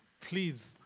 Please